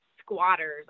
squatters